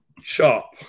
shop